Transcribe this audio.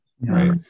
right